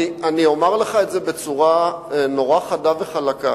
סגן השר, אני אומר לך את זה בצורה נורא חדה וחלקה: